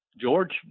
George